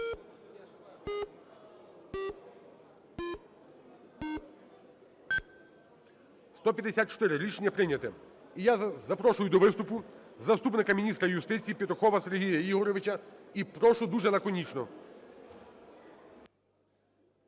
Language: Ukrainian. За-154 Рішення прийнято. І я запрошую до виступу заступника міністра юстиціїПетухова Сергія Ігоровича. І прошу дуже лаконічно.